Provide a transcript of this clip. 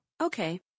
Okay